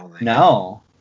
no